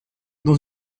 dans